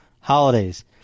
holidays